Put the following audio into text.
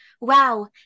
wow